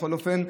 בכל אופן.